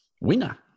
Winner